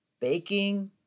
baking